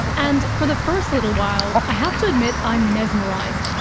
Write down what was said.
and for the first little while, i have to admit, i'm mesmerised,